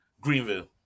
Greenville